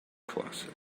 closet